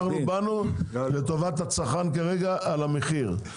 אנחנו באנו לטובת הצרכן כרגע על המחיר.